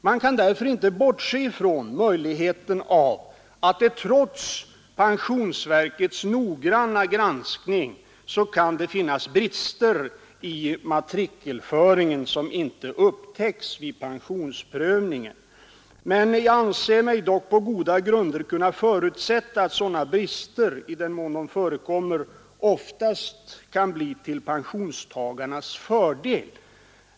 Man kan därför inte bortse från möjligheten av att det trots pensionsverkets noggranna granskning kan finnas brister i matrikelföringen som inte upptäcks vid pensionsprövningen. Jag anser mig dock på goda grunder kunna förutsätta att sådana brister, i den mån de förekommer, oftast kan bli till pensionstagarnas fördel.